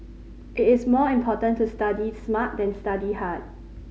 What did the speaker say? it is more important to study smart than study hard